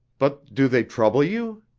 but do they trouble you?